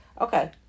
Okay